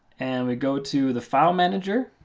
and we go to the file manager.